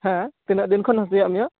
ᱦᱮᱸ ᱛᱤᱱᱟᱹᱜ ᱫᱤᱱ ᱠᱷᱚᱱ ᱦᱟᱹᱥᱩᱭᱮᱜ ᱢᱮᱭᱟ